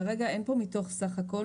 כרגע אין פה מתוך סך הכול,